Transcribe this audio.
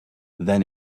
then